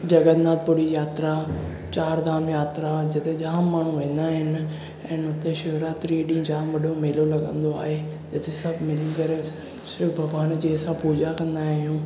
जगननाथ पुरी यात्रा चारधाम यात्रा जिते जाम माण्हू वेंदा आहिनि ऐंड हुते शिवरात्री जे ॾींहुं जाम वॾो मेलो लॻंदो आहे जिते सभु मिली करे शिव भॻिवान जी असां पूॼा कंदा आहियूं